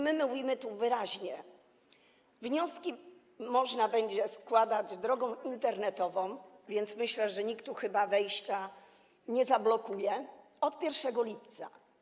Mówimy tu wyraźnie: wnioski można będzie składać drogą internetową - więc myślę, że nikt tu chyba wejścia nie zablokuje - od 1 lipca.